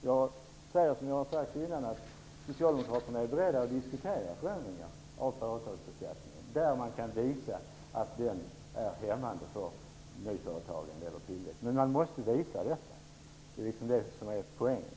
Som jag tidigare har sagt är Socialdemokraterna beredda att diskutera förändringar av företagsbeskattningen där man kan visa att den är hämmande för nyföretagande eller tillväxt. Men poängen är att man måste visa på detta.